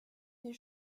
des